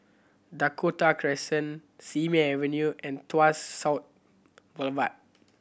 Dakota Crescent Simei Avenue and Tuas South Boulevard